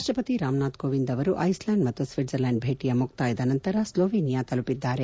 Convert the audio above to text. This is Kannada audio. ರಾಷ್ಟಪತಿ ರಾಮನಾಥ ಕೋವಿಂದ್ ಅವರು ಐಸ್ಲ್ಕಾಂಡ್ ಮತ್ತು ಸ್ವಿಡ್ಜರ್ಲ್ಕಾಂಡ್ ಭೇಟಿಯ ಮುಕ್ತಾಯದ ನಂತರ ಸ್ಲೋವೇನಿಯಾ ತಲುಪಿದ್ದಾರೆ